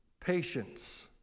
patience